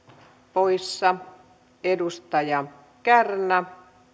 poissa edustaja kärnä